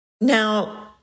Now